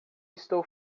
estou